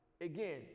again